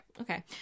Okay